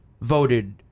voted